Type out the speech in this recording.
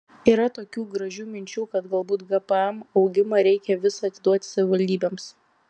yra tokių gražių minčių kad galbūt gpm augimą reikia visą atiduoti savivaldybėms